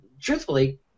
truthfully